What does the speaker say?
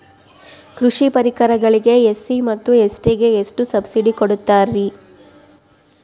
ಕೃಷಿ ಪರಿಕರಗಳಿಗೆ ಎಸ್.ಸಿ ಮತ್ತು ಎಸ್.ಟಿ ಗೆ ಎಷ್ಟು ಸಬ್ಸಿಡಿ ಕೊಡುತ್ತಾರ್ರಿ?